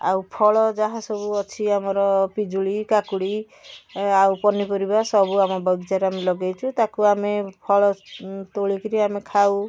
ଆଉ ଫଳ ଯାହା ସବୁ ଅଛି ଆମର ପିଜୁଳି କାକୁଡ଼ି ଆଉ ପନିପରିବା ସବୁ ଆମ ବଗିଚାରେ ଆମେ ଲଗେଇଛୁ ତାକୁ ଆମେ ଫଳ ତୋଳିକିରି ଆମେ ଖାଉ